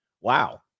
Wow